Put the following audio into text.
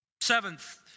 Seventh